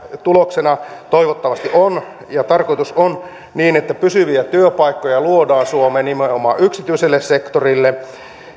tuloksena toivottavasti on ja tarkoitus on että pysyviä työpaikkoja luodaan suomeen nimenomaan yksityiselle sektorille